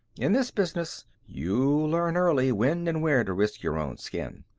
in this business, you learn early when and where to risk your own skin.